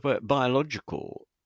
biological